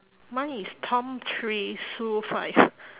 mine is tom three sue five